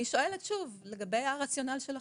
לשאול לגבי הרציונל של החוק.